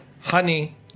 Honey